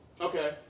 Okay